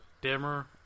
dimmer